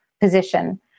position